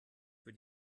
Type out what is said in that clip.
für